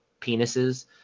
penises